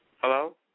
Hello